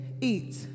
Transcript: eat